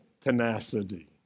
tenacity